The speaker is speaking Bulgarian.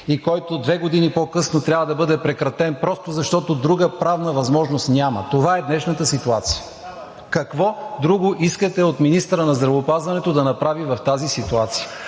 и който две години по-късно трябва да бъде прекратен, просто защото друга правна възможност няма. Това е днешната ситуация. Какво друго искате от министъра на здравеопазването да направи в тази ситуация,